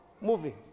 moving